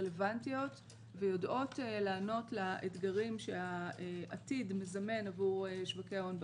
רלוונטיות ויודעות לענות לאתגרים שהעתיד מזמן עבור שווקי ההון בעולם,